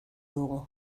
dugu